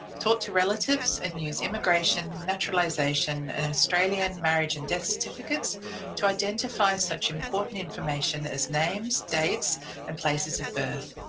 talk to relatives and use immigration, naturalisation and australian marriage and death certificates to identify such important information as names, dates and places of birth,